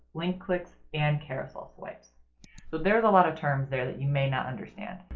link clicks, and carousel swipes so there's a lot of terms there that you may not understand.